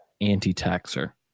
anti-taxer